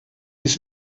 dies